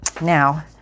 now